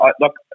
Look